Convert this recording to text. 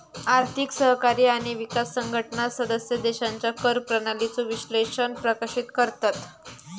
आर्थिक सहकार्य आणि विकास संघटना सदस्य देशांच्या कर प्रणालीचो विश्लेषण प्रकाशित करतत